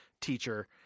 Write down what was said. teacher